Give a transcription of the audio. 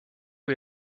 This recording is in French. est